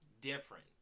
different